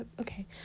Okay